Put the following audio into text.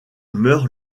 meurt